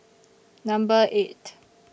Number eight